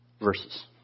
Verses